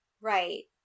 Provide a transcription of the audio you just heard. Right